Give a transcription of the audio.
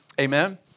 amen